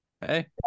hey